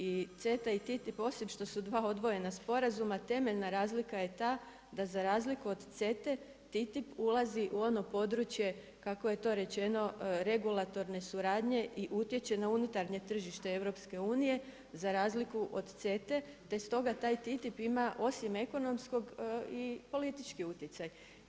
I CETA i TTIP osim što su dva odvojena sporazuma, temeljna razlika je ta, da za razliku od CETA-e TTIP ulazi u ono područje, kako je to rečeno, regulatorne suradnje i utječe na unutarnje tržište EU, za razliku od CETA-e, te stoga taj TTIP ima osim ekonomskog i politički utjecaj.